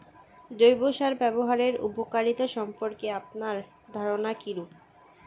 জৈব সার ব্যাবহারের উপকারিতা সম্পর্কে আপনার ধারনা কীরূপ?